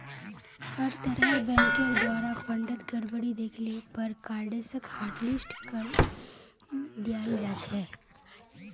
हर तरहर बैंकेर द्वारे फंडत गडबडी दख ल पर कार्डसक हाटलिस्ट करे दियाल जा छेक